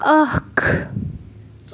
اکھ